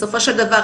בסופו של דבר,